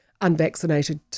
unvaccinated